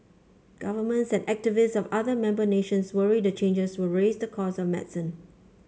governments and activists of other member nations worry the changes will raise the cost of medicine